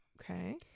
okay